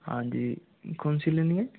हाँ जी कौनसी लेनी है